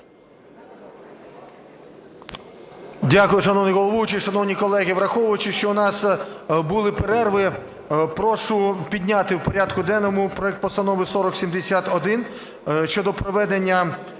Дякую. Шановний головуючий, шановні колеги! Враховуючи, що у нас були перерви, прошу підняти в порядку денному проект Постанови 4071 щодо проведення